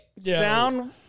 Sound